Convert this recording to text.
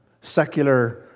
secular